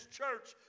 church